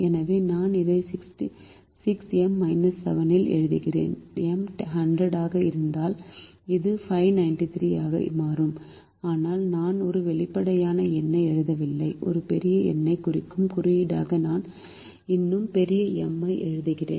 எனவே நான் இதை 6M 7 இல் எழுதுகிறேன் M 100 ஆக இருந்தால் இது 593 ஆக மாறும் ஆனால் நான் ஒரு வெளிப்படையான எண்ணை எழுதவில்லை ஒரு பெரிய எண்ணைக் குறிக்கும் குறியீடாக நான் இன்னும் பெரிய M ஐ எழுதுகிறேன்